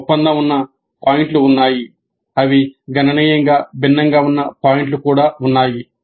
కొంత ఒప్పందం ఉన్న పాయింట్లు ఉన్నాయి అవి గణనీయంగా భిన్నంగా ఉన్న పాయింట్లు కూడా ఉన్నాయి